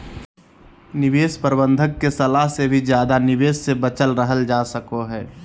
निवेश प्रबंधक के सलाह से भी ज्यादा निवेश से बचल रहल जा सको हय